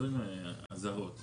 עזוב אזהרות.